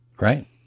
Right